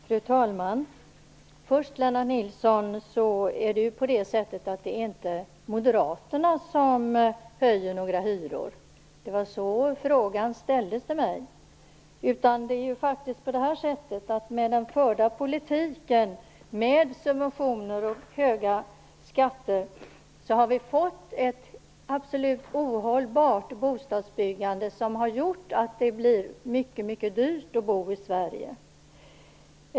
Fru talman! Först vill jag säga till Lennart Nilsson att det inte är Moderaterna som höjer hyror. Det var så frågan ställdes till mig. Det är faktiskt så att den förda politiken med subventioner och höga skatter har givit oss ett fullständigt ohållbart bostadsbyggande som har gjort att det blivit mycket dyrt att bo i Sverige.